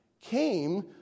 came